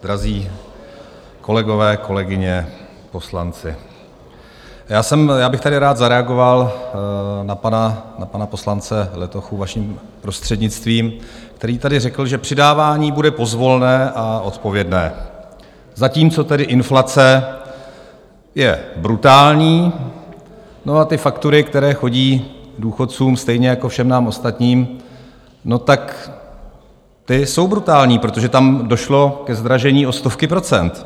Drazí kolegové, kolegyně, poslanci, já bych tady rád zareagoval na pana poslance Letochu, vaším prostřednictvím, který tady řekl, že přidávání bude pozvolné a odpovědné, zatímco tedy inflace je brutální a ty faktury, které chodí důchodcům, stejně jako všem nám ostatním, tak ty jsou brutální, protože tam došlo ke zdražení o stovky procent.